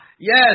Yes